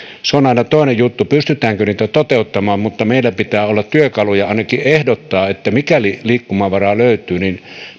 se on aina toinen juttu pystytäänkö niitä toteuttamaan mutta meillä pitää olla työkaluja ainakin ehdottaa että mikäli liikkumavaraa löytyy niin